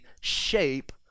shape